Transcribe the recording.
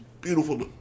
beautiful